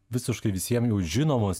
visiškai visiem jau žinomos